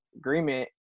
agreement